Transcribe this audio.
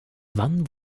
wann